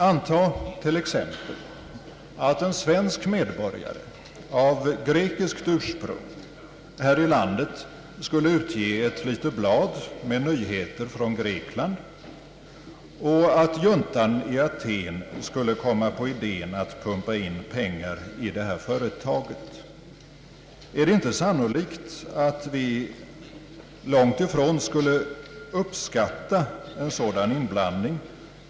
Antag t.ex. att en svensk medborgare av grekiskt ursprung här i landet skulle utge ett litet blad med nyheter från Grekland och att juntan i Aten skulle komma på idén att pumpa in pengar i detta företag. är det inte sannolikt att vi långt ifrån skulle uppskatta en sådan inblandning?